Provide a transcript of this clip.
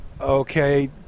Okay